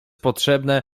potrzebne